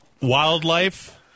wildlife